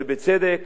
ובצדק.